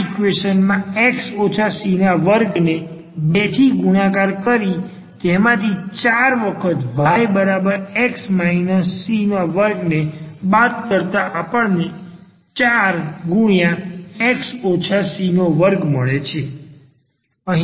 આ ઈક્વેશન માં x c2 ને 2 થી ગુણાકાર કરી તેમાંથી ચાર વખત yx c2 બાદ કરતાં આપણે 4x c2 મળે છે